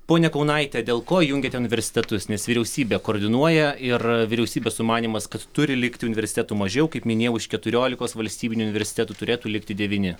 ponia kaunaite dėl ko jungiate universitetus nes vyriausybė koordinuoja ir vyriausybės sumanymas kad turi likti universitetų mažiau kaip minėjau iš keturiolikos valstybinių universitetų turėtų likti devyni